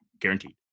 guaranteed